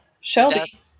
Shelby